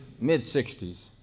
mid-60s